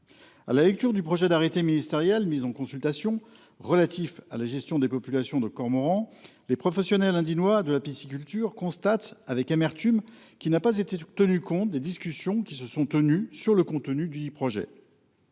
À la lecture du projet d’arrêté ministériel mis en consultation, relatif à la gestion des populations de cormorans, les professionnels aindinois de la pisciculture constatent avec amertume qu’il n’a pas été tenu compte des discussions qui se sont tenues sur le contenu dudit projet.